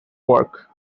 work